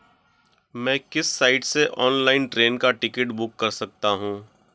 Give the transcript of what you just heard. मैं किस साइट से ऑनलाइन ट्रेन का टिकट बुक कर सकता हूँ?